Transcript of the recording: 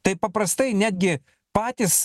taip paprastai netgi patys